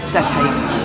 decades